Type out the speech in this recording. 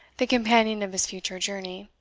the companion of his future journey,